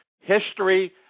History